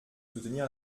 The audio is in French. soutenir